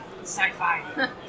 sci-fi